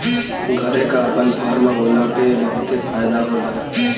घरे क आपन फर्म होला पे बहुते फायदा होला